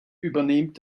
übernimmt